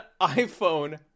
iPhone